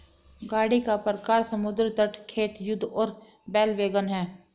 गाड़ी का प्रकार समुद्र तट, खेत, युद्ध और बैल वैगन है